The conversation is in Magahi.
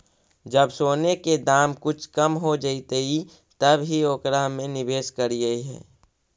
जब सोने के दाम कुछ कम हो जइतइ तब ही ओकरा में निवेश करियह